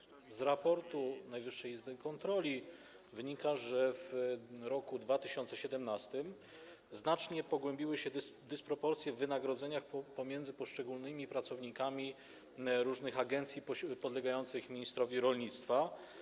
Z raportu Najwyższej Izby Kontroli wynika, że w roku 2017 znacznie pogłębiły się dysproporcje w wynagrodzeniach pomiędzy poszczególnymi pracownikami różnych agencji podlegających ministrowi rolnictwa.